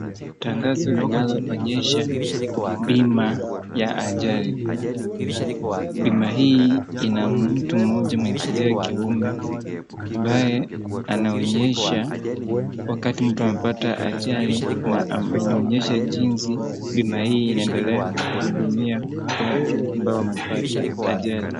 Tangazo linaloonyesha bima ya ajali. Bima hii ina mtu mmoja wa jinsia ya kiume ambaye anaonyesha wakati mtu amepata ajali na inaonyesha jinsi bima hii inaendelea kuhudumia watu ambao wamepata ajali.